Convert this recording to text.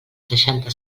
seixanta